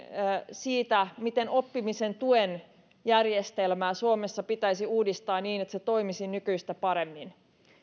siitä miten oppimisen tuen järjestelmää suomessa pitäisi uudistaa niin että se toimisi nykyistä paremmin